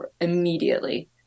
immediately